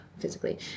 physically